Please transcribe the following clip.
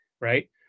right